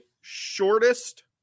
shortest